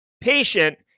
patient